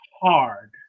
hard